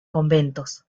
conventos